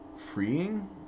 freeing